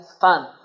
fun